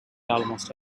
almost